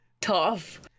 tough